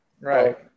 Right